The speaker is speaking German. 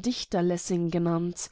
dichter lessing genannt